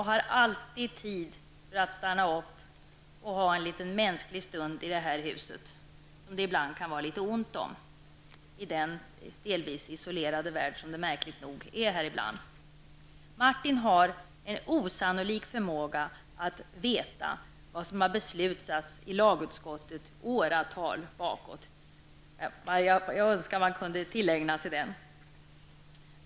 Han har alltid tid att stanna upp för en liten mänsklig stund, som det ibland kan vara litet ont om i den delvis isolerade värld som det här huset märkligt nog ibland är. Martin har en osannolik förmåga att veta vad som har beslutats i lagutskottet åratal bakåt i tiden. Jag önskar att man kunde tillägna sig den.